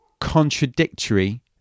contradictory